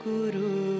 Guru